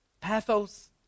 Pathos